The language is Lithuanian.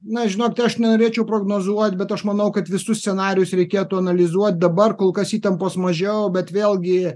na žinote aš nenorėčiau prognozuot bet aš manau kad visus scenarijus reikėtų analizuot dabar kol kas įtampos mažiau bet vėlgi